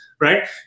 Right